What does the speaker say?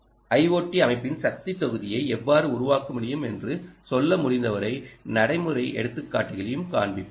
IoT அமைப்பின் சக்தித் தொகுதியை எவ்வாறு உருவாக்க முடியும் என்று சொல்ல முடிந்த வரை நடைமுறை எடுத்துக்காட்டுகளையும் காண்பிப்பேன்